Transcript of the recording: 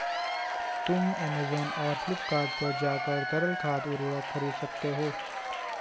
तुम ऐमेज़ॉन और फ्लिपकार्ट पर जाकर तरल खाद उर्वरक खरीद सकते हो